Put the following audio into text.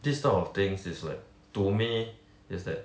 this type of things is like to me is that